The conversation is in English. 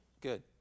Good